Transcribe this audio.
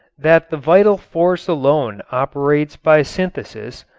that the vital force alone operates by synthesis,